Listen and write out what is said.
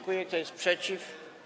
Kto jest przeciw?